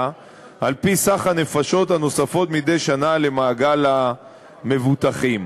על-פי סך הנפשות הנוספות מדי שנה למעגל המבוטחים.